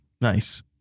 Nice